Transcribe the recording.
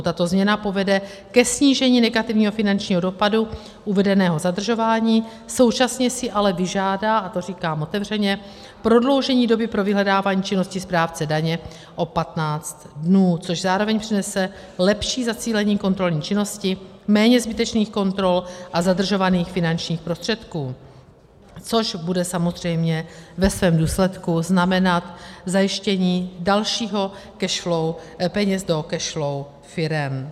Tato změna povede ke snížení negativního finančního dopadu uvedeného zadržování, současně si ale vyžádá, a to říkám otevřeně, prodloužení doby pro vyhledávání činnosti správce daně o 15 dnů, což zároveň přinese lepší zacílení kontrolní činnosti, méně zbytečných kontrol a zadržovaných finančních prostředků, což bude samozřejmě ve svém důsledku znamenat zajištění dalšího cash flow, peněz do cash flow firem.